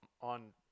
on